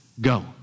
go